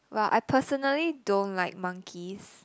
well I personally don't like monkeys